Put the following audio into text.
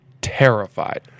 terrified